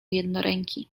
jednoręki